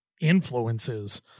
influences